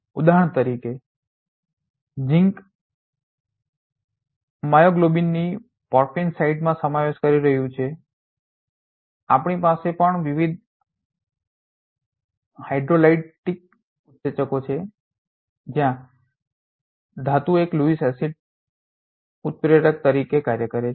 ઉદાહરણ તરીકે ઝીંક મ્યોગ્લોબિનની પોર્ફિરિન સાઇટમાં પ્રવેશ કરી રહ્યું છે અમારી પાસે પણ વિવિધ હાઇડ્રોલાઇટિક ઉત્સેચકો છે જ્યાં ધાતુ એક લેવિસ એસિડ ઉત્પ્રેરક તરીકે કાર્ય કરે છે